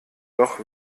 doch